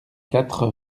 quatre